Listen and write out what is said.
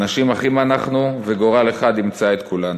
אנשים אחים אנחנו, וגורל אחד ימצא את כולנו.